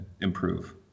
improve